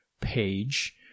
page